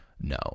No